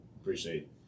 appreciate